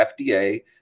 FDA